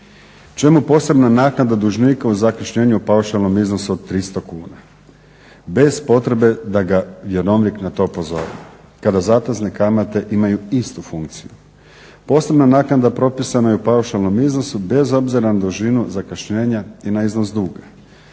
Čemu posebna naknada dužnika u zakašnjenju o paušalnom iznosu od 300 kuna, bez potrebe da ga vjerovnik na to pozove kada zatezne kamate imaju istu funkciju. Posebna naknada propisana je u paušalnom iznosu bez obzira na dužinu zakašnjenja i na iznos duga.